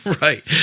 Right